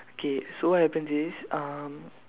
okay so what happen is um